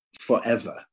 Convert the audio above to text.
forever